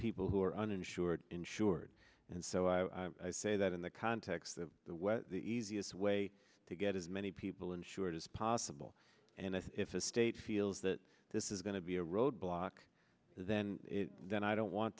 people who are uninsured insured and so i say that in the context of the easiest way to get as many people insured as possible and if the state feels that this is going to be a roadblock then then i don't want